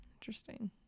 Interesting